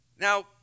Now